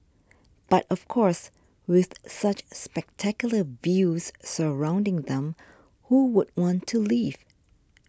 but of course with such spectacular views surrounding them who would want to leave